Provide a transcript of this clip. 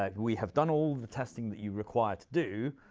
like we have done all the testing that you require to do,